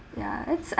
ya it's I